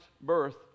birth